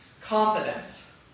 confidence